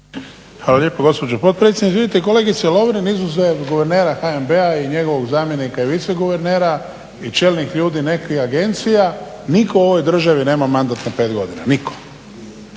Hvala lijepo gospođo potpredsjednice. Vidite kolegice Lovrin izuzev guvernera HNB-a i njegovog zamjenika i viceguvernera i čelnih ljudi nekih agencija nitko u ovoj državi nema mandat na 5 godina, nitko.